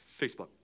Facebook